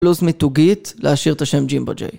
פלוס מיתוגית, להשאיר את השם ג'ימבו ג'יי.